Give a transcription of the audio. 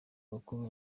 bakuru